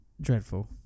Dreadful